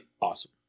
awesome